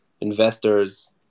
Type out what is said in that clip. Investors